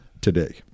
today